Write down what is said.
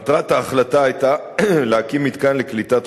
מטרת ההחלטה היתה להקים מתקן לקליטת